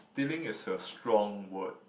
stealing is a strong word